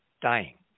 dying